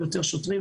שוטרים,